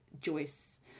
Joyce